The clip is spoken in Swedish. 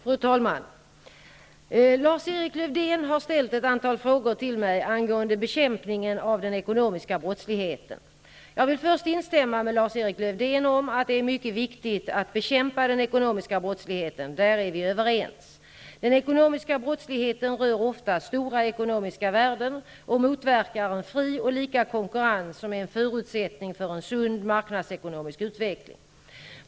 Fru talman! Lars-Erik Lövdén har ställt ett antal frågor till mig angående bekämpningen av den ekonomiska brottsligheten. Jag vill först instämma med Lars-Erik Lövdén i att det är mycket viktigt att bekämpa den ekonomiska brottsligheten. Där är vi överens. Den ekonomiska brottsligheten rör ofta stora ekonomiska värden och motverkar en fri och lika konkurrens, som är en förutsättning för en sund marknadsekonomisk utveckling.